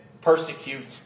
persecute